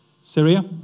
Syria